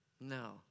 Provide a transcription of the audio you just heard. No